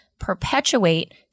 Perpetuate